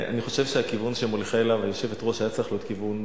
אני חושב שהכיוון שמוליכה אליו היושבת-ראש היה צריך להיות כיוון